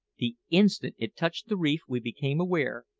the instant it touched the reef we became aware,